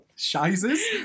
Sizes